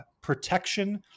protection